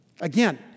Again